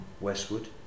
Westwood